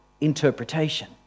interpretation